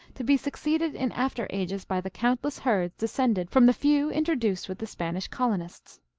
to be succeeded in after ages by the countless herds descended from the few introduced with the spanish colonists.